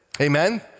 amen